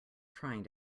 trying